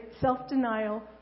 self-denial